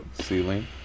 ceiling